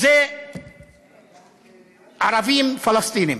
זה ערבים פלסטינים.